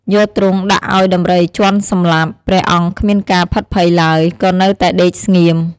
យកទ្រង់ដាក់ឲ្យដំរីជាន់សម្លាប់ ព្រះអង្គគ្មានការភិតភ័យឡើយ គឺនៅតែដេកស្ងៀម។